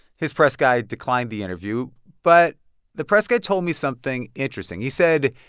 his press guy declined the interview, but the press guy told me something interesting. he said,